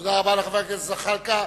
תודה לחבר הכנסת זחאלקה.